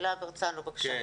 להב הרצנו בבקשה.